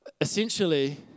essentially